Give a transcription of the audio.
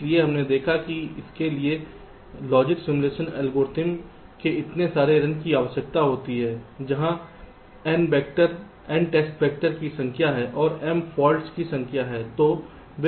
इसलिए हमने देखा है कि इसके लिए लॉजिक सिमुलेशन एल्गोरिदम के इतने सारे रन की आवश्यकता होती है जहाँ n टेस्ट वैक्टर की संख्या है और m फॉल्ट्स की संख्या है